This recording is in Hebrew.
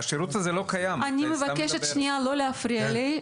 אני מבקשת לא להפריע לי.